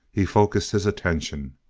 he focused his attention,